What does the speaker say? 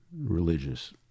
religious